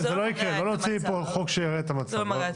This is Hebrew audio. זה לא יקרה, לא נוציא מפה חוק שמרע את המצב.